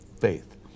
faith